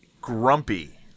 grumpy